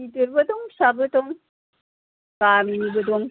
गिदिरबो दं फिसाबो दं गामिनिबो दं